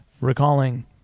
recalling